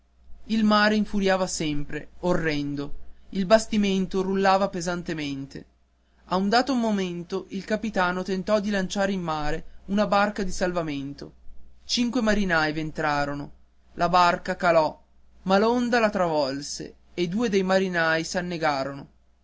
il mare infuriava sempre orrendo il bastimento rullava pesantemente a un dato momento il capitano tentò di lanciare in mare una barca di salvamento cinque marinai v'entrarono la barca calò ma l'onda la travolse e due dei marinai s'annegarono